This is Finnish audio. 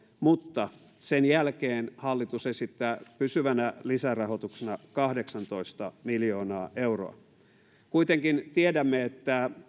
mutta sen jälkeen hallitus esittää pysyvänä lisärahoituksena kahdeksantoista miljoonaa euroa ja kuitenkin tiedämme että